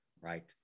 right